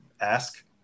ask